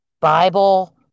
Bible